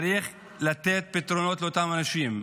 צריך לתת פתרונות לאותם אנשים.